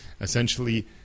essentially